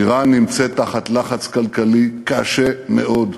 איראן נמצאת תחת לחץ כלכלי קשה מאוד,